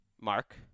Mark